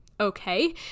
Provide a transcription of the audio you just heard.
Okay